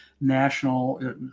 national